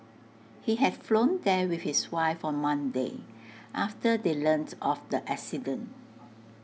he had flown there with his wife on Monday after they learnt of the accident